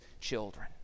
children